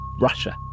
Russia